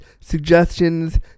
suggestions